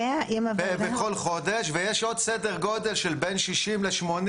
100 בכל חודש, ויש עוד סדר גודל של בין 60 ל-80.